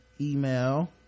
email